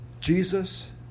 Jesus